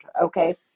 okay